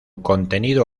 contenido